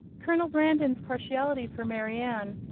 colonel brandon's partiality for marianne,